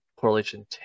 Correlation